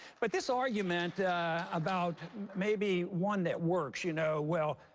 but this argument about maybe one that works, you know, well,